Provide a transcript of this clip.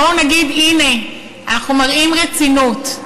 בואו נגיד, הנה, אנחנו מראים רצינות.